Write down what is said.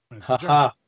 Haha